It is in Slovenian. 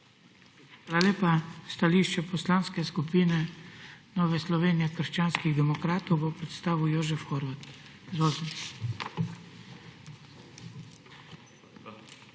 Hvala lepa. Stališče Poslanske skupine Nove Slovenije – krščanskih demokratov bo predstavil Jožef Horvat. Izvolite.